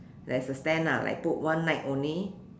there is a stand like put one night only